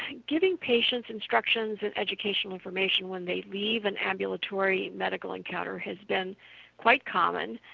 giving patients instructions and educational information when they leave an ambulatory medical encounter has been quite common,